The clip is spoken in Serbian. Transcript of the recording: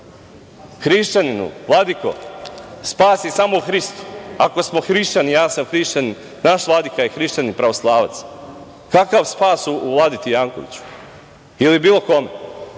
Hrišćanine, vladiko, spas je samo u Hristu. Ako smo hrišćani, ja sam hrišćanin, naš vladika je hrišćanin pravoslavac, kakav spas u Vladeti Jankoviću ili bio kome?